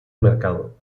mercado